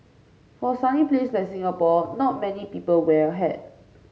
for a sunny place like Singapore not many people wear a hat